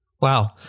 Wow